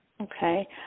Okay